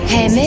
Hey